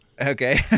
Okay